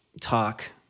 talk